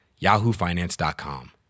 yahoofinance.com